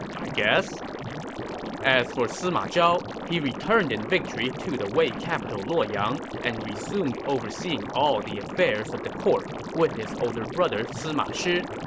i guess as for sima zhao, he returned in victory to the wei capital luoyang and resumed overseeing all the affairs of the court with his older brother sima shi.